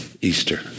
Easter